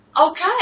Okay